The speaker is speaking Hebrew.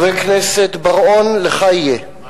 חבר הכנסת בר-און, לך יהיה.